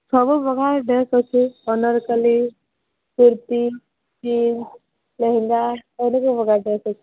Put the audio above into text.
ସବୁ ପ୍ରକାର ଡ୍ରେସ୍ ଅଛି ଅନାରକଲି କୁର୍ତୀ ଜିନସ୍ ଲେହେଙ୍ଗା ସବୁ ପ୍ରକାର ଡ୍ରେସ୍ ଅଛି